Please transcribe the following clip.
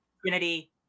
Trinity